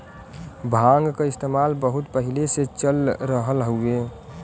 भांग क इस्तेमाल बहुत पहिले से चल रहल हउवे